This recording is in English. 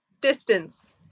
distance